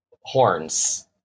horns